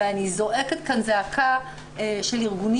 אבל אני זועקת כאן זעקה של ארגונים